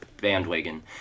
bandwagon